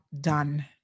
done